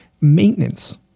Maintenance